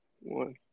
one